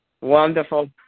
Wonderful